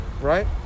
right